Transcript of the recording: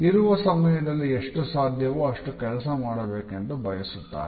ಇರುವ ಸಮಯದಲ್ಲಿ ಎಷ್ಟು ಸಾಧ್ಯವೋ ಅಷ್ಟು ಕೆಲಸ ಮಾಡಬೇಕೆಂದು ಬಯಸುತ್ತಾರೆ